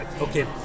Okay